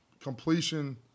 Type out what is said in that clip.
completion